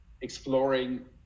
exploring